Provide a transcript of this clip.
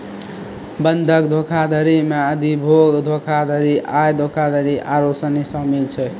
बंधक धोखाधड़ी मे अधिभोग धोखाधड़ी, आय धोखाधड़ी आरु सनी शामिल छै